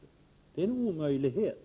Det är en omöjlighet.